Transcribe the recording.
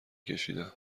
کشیدم